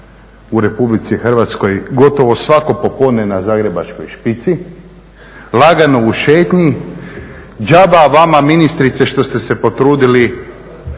u Republici Hrvatskoj gotovo svako popodne na zagrebačkoj špici lagano u šetnji, džaba vama ministrice što ste se potrudili